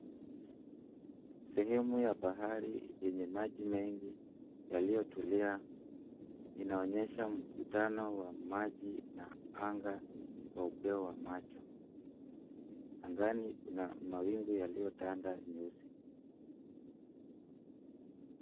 Sehemu ya bahari yenye maji mengi yaliyotulia inaonyesha mkutano wa maji na anga kwa upeo wa macho. Angani kuna mawingu yaliyotanda nyeusi.